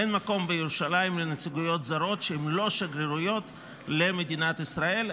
אין מקום בירושלים לנציגויות זרות שהן לא שגרירויות למדינת ישראל.